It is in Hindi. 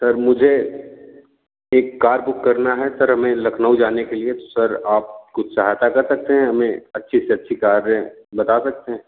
सर मुझे एक कार बुक करना है सर हमें लखनऊ जाने के लिए तो सर आप कुछ सहायता कर सकते हैं हमें अच्छी से अच्छी कारें बता सकते हैं